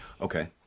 Okay